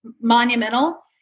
monumental